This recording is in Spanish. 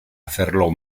hacerlo